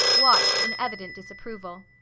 watched in evident disapproval.